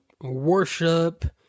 worship